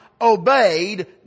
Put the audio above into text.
obeyed